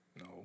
No